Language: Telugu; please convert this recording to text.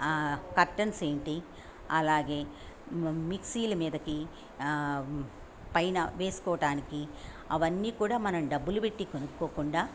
కర్టెన్స్ ఏంటి అలాగే మిక్సీల మీదకి పైన వేసుకోటానికి అవన్నీ కూడా మనం డబ్బులు పెట్టి కొనుక్కోకుండా